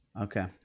Okay